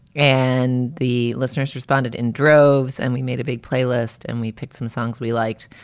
and the listeners responded in droves. and we made a big playlist and we picked some songs we liked.